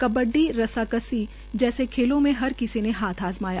कबड्डी रस्साकसी जैसे खेलों में हर किसी ने हाथ अजमाया